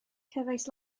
cefais